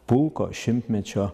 pulko šimtmečio